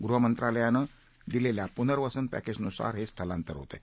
गृहमंत्रालयानं दिलेल्या पुनर्वसन पॅकेजनुसार हे स्थलांतर होत आहे